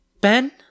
Ben